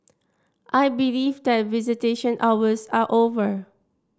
I believe that visitation hours are over